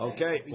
Okay